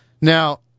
Now